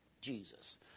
Jesus